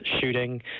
shooting